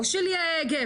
או של גבר,